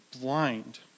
blind